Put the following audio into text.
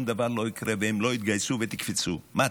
דבר לא יקרה" ו"הם לא יתגייסו" ו"תקפצו" מה,